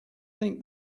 think